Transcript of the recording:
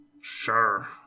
Sure